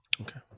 Okay